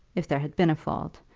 if there had been a fault,